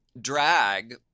drag